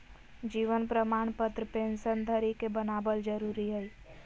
जीवन प्रमाण पत्र पेंशन धरी के बनाबल जरुरी हइ